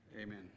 Amen